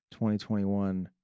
2021